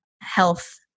health